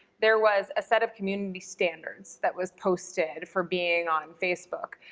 there was a set of community standards that was posted for being on facebook,